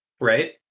Right